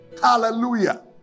Hallelujah